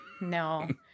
no